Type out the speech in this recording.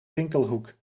winkelhoek